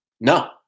No